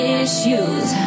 issues